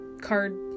card